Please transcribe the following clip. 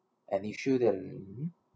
and it shouldn't